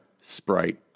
Sprite